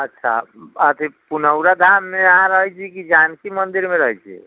अच्छा अथी पुनौराधाममे अहाँ रहै छी कि जानकी मन्दिरमे रहै छियै